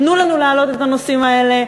ובאופן ציבורי: תנו לנו להעלות את הנושאים האלה,